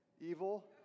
evil